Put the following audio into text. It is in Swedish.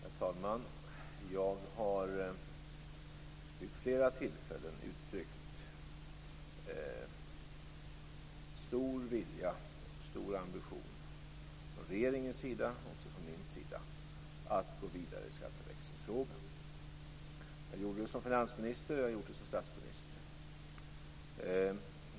Herr talman! Jag har vid flera tillfällen uttryckt stor vilja och stor ambition, både från regeringens sida och från min sida, att gå vidare i skatteväxlingsfrågan. Det gjorde jag som finansminister och det har jag gjort som statsminister.